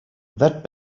that